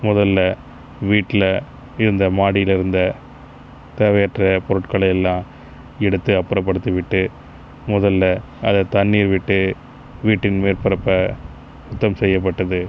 மொதலில் வீட்டில் இருந்த மாடியில் இருந்த தேவையற்ற பொருட்களையெல்லாம் எடுத்து அப்புறப்படுத்தி விட்டு மொதலில் அதை தண்ணீர் விட்டு வீட்டின் மேற்பரப்பு சுத்தம் செய்யப்பட்டது